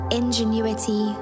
ingenuity